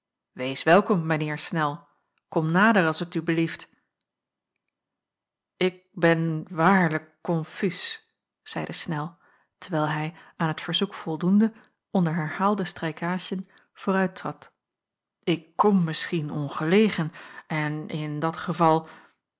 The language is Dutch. wees welkom mijn heer snel kom nader als t u belieft ik ben waarlijk confus zeide snel terwijl hij aan het verzoek voldoende onder herhaalde strijkaadjen vooruittrad ik kom misschien ongelegen en in dat geval